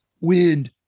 wind